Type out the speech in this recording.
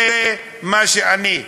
זה מה שאני.